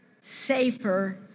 safer